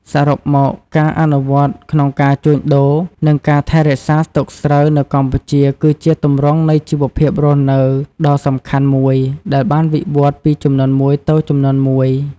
សរុបមក ការអនុវត្តក្នុងការជួញដូរ និងការថែរក្សាស្តុកស្រូវនៅកម្ពុជា គឺជាទម្រង់នៃជីវភាពរស់នៅដ៏សំខាន់មួយ ដែលបានវិវឌ្ឍន៍ពីជំនាន់មួយទៅជំនាន់មួយ។